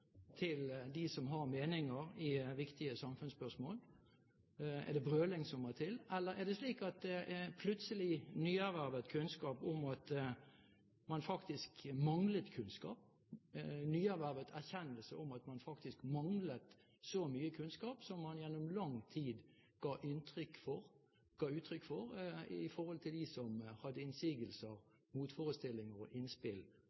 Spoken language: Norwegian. til dem som har meninger i viktige samfunnsspørsmål? Er det brøling som må til, eller er det slik at det er plutselig nyervervet kunnskap om at man faktisk manglet kunnskap, nyervervet erkjennelse av at man faktisk manglet så mye kunnskap som man gjennom lang tid ga uttrykk for overfor dem som hadde innsigelser, motforestillinger og innspill til det trasévalget og den prosessen og den løsningen som regjeringen hadde